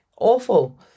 awful